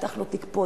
נפתח לו תיק פה,